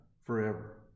forever